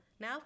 now